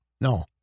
No